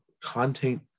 content